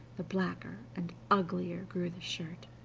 the blacker and uglier grew the shirt,